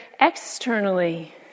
externally